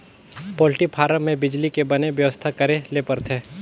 poultry farm में बिजली के बने बेवस्था करे ले परथे